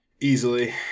Easily